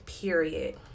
period